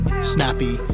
snappy